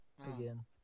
again